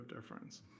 difference